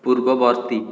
ପୂର୍ବବର୍ତ୍ତୀ